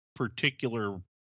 particular